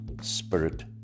Spirit